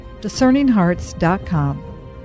DiscerningHearts.com